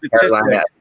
Carolina